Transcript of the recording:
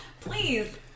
please